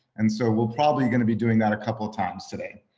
and so we'll probably gonna be doing that a couple of times today.